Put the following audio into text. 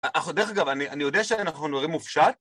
דרך אגב, אני יודע שאנחנו מדברים מופשט